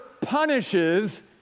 punishes